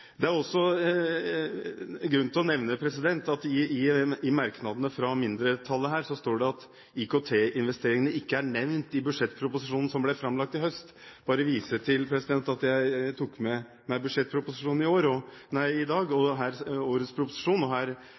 Det er også grunn til å nevne at i merknadene fra mindretallet her står det at IKT-investeringene ikke er nevnt i budsjettproposisjonen som ble framlagt i høst. Jeg tok med meg årets budsjettproposisjon i dag, og her framgår det ganske mye om hvordan man tenker rundt IKT-investeringene, f.eks. på side 83, sidene 100 og